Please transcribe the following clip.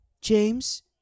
James